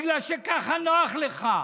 בגלל שככה נוח לך.